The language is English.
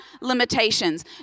limitations